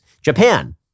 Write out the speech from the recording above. Japan